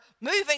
moving